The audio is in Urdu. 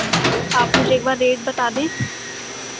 آپ مجھے ایک بار ریٹ بتا دیں